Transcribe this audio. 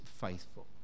faithful